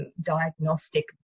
diagnostic